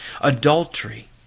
adultery